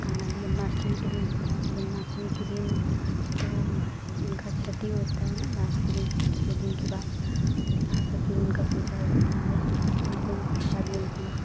कान्हा जन्माष्टमी के दिन होता है तो जन्माष्टमी के दिन तो उनकी छठी होती है ना लास्ट के दिन छह दिन के बाद यहाँ पर फिर उनकी पूजा होती है वहाँ पर यह प्रसाद मिलता है